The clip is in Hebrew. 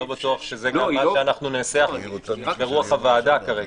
ואני לא בטוח שזה גם מה שאנחנו ננסח כרוח הוועדה כרגע.